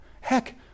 Heck